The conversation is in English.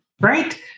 Right